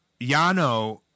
Yano